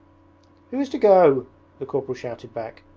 who is to go the corporal shouted back.